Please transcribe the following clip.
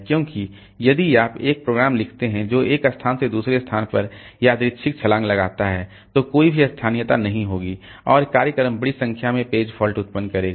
क्योंकि यदि आप एक प्रोग्राम लिखते हैं जो एक स्थान से दूसरे स्थान पर यादृच्छिक छलांग लगाता है तो कोई भी स्थानीयता नहीं होगी और कार्यक्रम बड़ी संख्या में पेज फॉल्ट उत्पन्न करेगा